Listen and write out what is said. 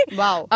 wow